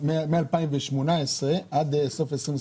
מ-2018 עד סוף 2020,